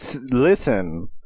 listen